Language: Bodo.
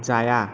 जाया